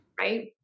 right